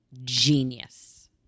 genius